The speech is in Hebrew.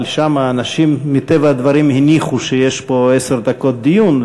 אבל שם האנשים מטבע הדברים הניחו שיש פה עשר דקות דיון,